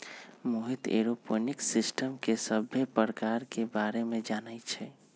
Mohit aeroponics system के सभ्भे परकार के बारे मे जानई छई